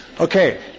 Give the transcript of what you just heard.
Okay